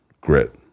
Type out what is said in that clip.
grit